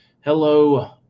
Hello